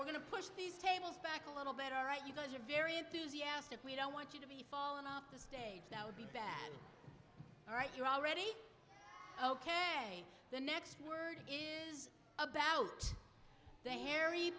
we're going to push these tables back a little bit all right you guys are very enthusiastic we don't want you to be falling off the stage that would be bad all right you're already ok the next word is about the harry